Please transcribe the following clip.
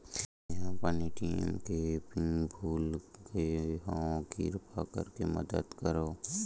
मेंहा अपन ए.टी.एम के पिन भुला गए हव, किरपा करके मदद करव